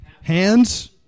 Hands